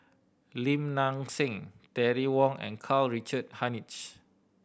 Lim Nang Seng Terry Wong and Karl Richard Hanitsch